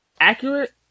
accurate